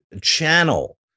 channel